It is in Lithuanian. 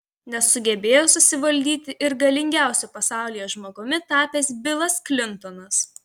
nesugebėjo susivaldyti ir galingiausiu pasaulyje žmogumi tapęs bilas klintonas